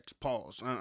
Pause